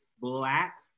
black